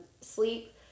sleep